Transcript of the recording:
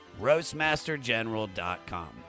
roastmastergeneral.com